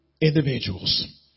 individuals